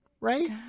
right